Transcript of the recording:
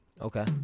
Okay